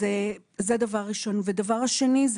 דבר שני,